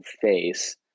face